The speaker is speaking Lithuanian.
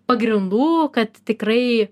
pagrindų kad tikrai